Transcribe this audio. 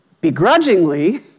begrudgingly